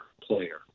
player